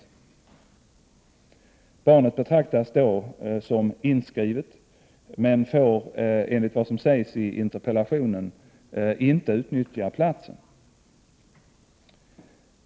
Barnet betraktas då som inskrivet men får enligt vad som sägs i interpellationen inte utnyttja platsen.